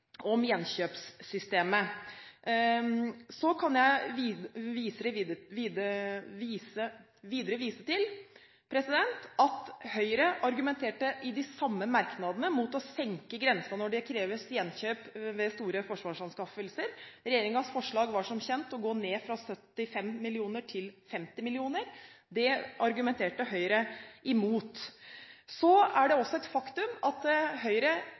om gjenkjøpssystemet.» Jeg kan videre vise til at Høyre i de samme merknadene argumenterte mot å senke grensen for når det kreves gjenkjøp ved store forsvarsanskaffelser. Regjeringens forslag var som kjent å gå ned fra 75 mill. kr til 50 mill. kr. Det argumenterte Høyre imot. Det er også et faktum at Høyre